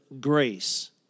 grace